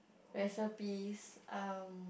recipes um